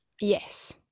Yes